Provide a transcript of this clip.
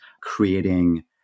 creating